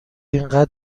اینقدر